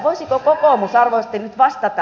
voisiko kokoomus arvoisasti nyt vastata